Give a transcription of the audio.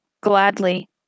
gladly